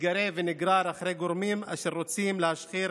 מתגרה ונגרר אחרי גורמים אשר רוצים להשחיר